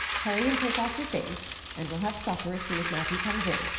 hurry and take off your things, and we'll have supper as soon as matthew comes in.